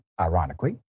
ironically